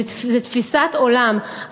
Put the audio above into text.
זו תפיסת עולם.